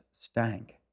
stank